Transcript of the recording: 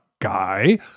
guy